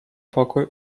pokój